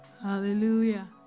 Hallelujah